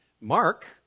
Mark